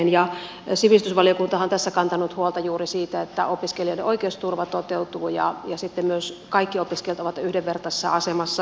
sivistysvaliokuntahan on tässä kantanut huolta juuri siitä että opiskelijoiden oikeusturva toteutuu ja sitten myös kaikki opiskelijat ovat yhdenvertaisessa asemassa